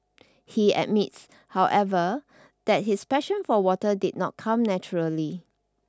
he admits however that his passion for water did not come naturally